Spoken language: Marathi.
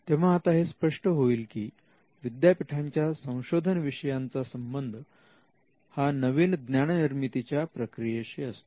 तेव्हा आता हे स्पष्ट होईल की विद्यापीठांच्या संशोधन विषयांचा संबंध हा नवीन ज्ञान च्या निर्मिती प्रक्रियेशी असतो